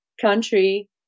country